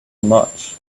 much